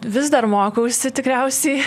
vis dar mokausi tikriausiai